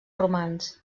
romans